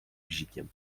bzikiem